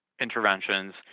interventions